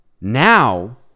now